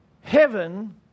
Heaven